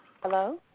Hello